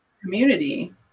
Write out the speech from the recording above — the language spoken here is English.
community